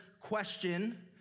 question